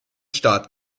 start